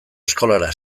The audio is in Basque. eskolara